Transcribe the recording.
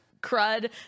crud